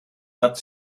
satz